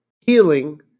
healing